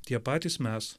tie patys mes